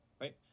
right